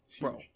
Bro